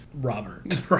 Robert